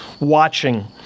watching